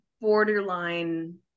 borderline